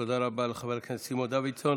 תודה רבה לחבר הכנסת סימון דוידסון.